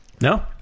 No